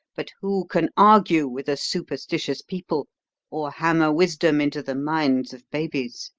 but who can argue with a superstitious people or hammer wisdom into the minds of babies?